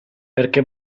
perché